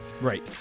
Right